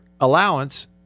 allowance